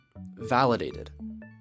validated